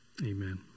Amen